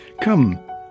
come